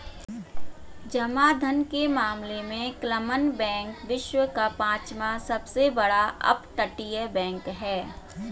जमा धन के मामले में क्लमन बैंक विश्व का पांचवा सबसे बड़ा अपतटीय बैंक है